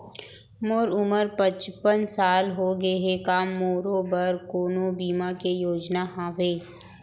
मोर उमर पचपन साल होगे हे, का मोरो बर कोनो बीमा के योजना हावे?